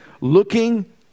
looking